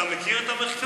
אתה מכיר את המחקר?